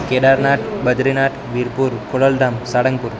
Kedarnath Badrinath Virpur Khodaldham Salangpur